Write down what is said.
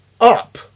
Up